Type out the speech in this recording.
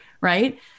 right